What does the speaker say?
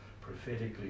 prophetically